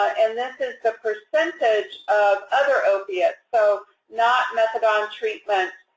ah and this is the percentage of other opiates, so not methadone treatment,